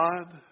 God